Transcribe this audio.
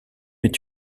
est